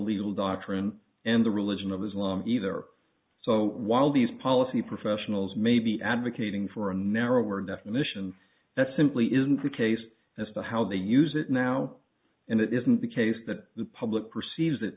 legal doctrine and the religion of islam either so while these policy professionals may be advocating for a narrower definition that simply isn't the case as to how they use it now and it isn't the case that the public perceives it